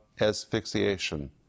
asphyxiation